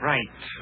Right